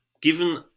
given